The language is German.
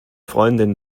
freundin